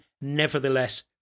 nevertheless